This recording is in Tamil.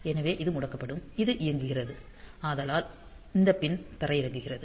எனவே இது முடக்கப்படும் இது இயங்குகிறது ஆதலால் இந்த பின் தரையிறங்குகிறது